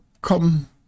come